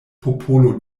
popolo